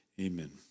Amen